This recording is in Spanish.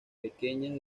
pequeñas